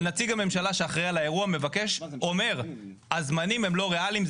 אבל נציג הממשלה שאחראי על האירוע אומר הזמנים הם לא ריאליים,